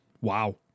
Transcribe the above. Wow